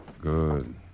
Good